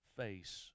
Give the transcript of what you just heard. face